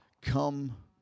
come